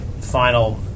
final